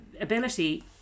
ability